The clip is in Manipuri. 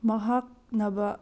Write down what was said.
ꯃꯍꯥꯛꯅꯕ